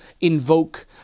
invoke